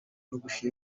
kubafasha